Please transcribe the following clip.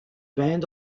band